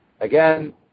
again